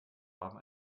haben